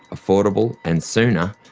affordable, and sooner',